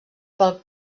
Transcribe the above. pel